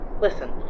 Listen